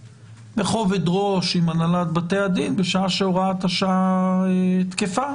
בכובד ראש עם הנהלת בתי הדין בשעה שהוראת השעה תקפה,